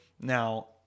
Now